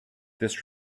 this